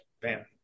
bam